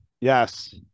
yes